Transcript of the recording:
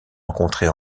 rencontrés